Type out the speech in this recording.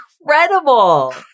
incredible